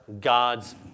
God's